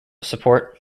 support